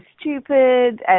stupid